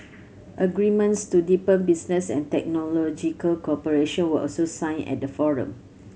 agreements to deepen business and technological cooperation were also signed at the forum